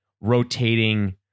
rotating